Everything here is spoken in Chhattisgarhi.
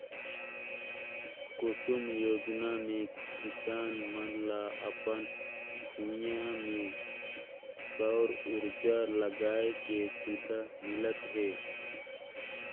कुसुम योजना मे किसान मन ल अपन भूइयां में सउर उरजा लगाए के सुबिधा मिलत हे